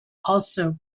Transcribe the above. also